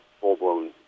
full-blown